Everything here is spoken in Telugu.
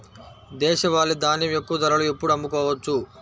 దేశవాలి ధాన్యం ఎక్కువ ధరలో ఎప్పుడు అమ్ముకోవచ్చు?